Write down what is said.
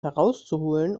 herauszuholen